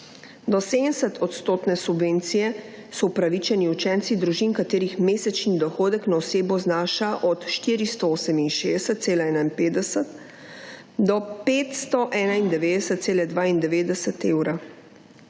Do 70 % subvencije so upravičeni učenci družbin katerih mesečni dohodek na osebo znaša od 468,51 do 591,92 evra.